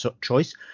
choice